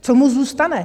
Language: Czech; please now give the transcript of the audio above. Co mu zůstane?